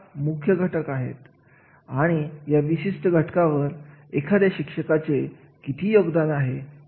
तर कार्याचे वर्णन म्हणजे अशा विशिष्ट प्रकारचे कार्य करण्यासाठी कोणत्या प्रकारचे ज्ञान कौशल्य दृष्टिकोण असे कार्य पूर्ण करण्यासाठी लागणार असतो याची सविस्तर माहिती